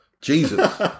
Jesus